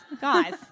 Guys